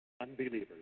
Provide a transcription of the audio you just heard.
unbelievers